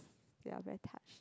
ya very touched